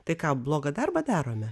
tai ką blogą darbą darome